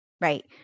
right